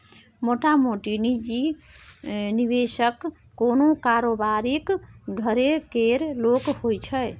मोटामोटी निजी निबेशक कोनो कारोबारीक घरे केर लोक होइ छै